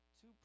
Two